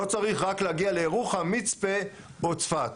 לא צריך רק להגיע לירוחם, מצפה או צפת.